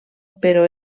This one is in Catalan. però